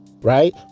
right